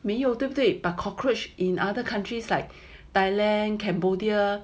没有对不对 but cockroach in other countries like thailand cambodia